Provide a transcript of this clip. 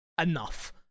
enough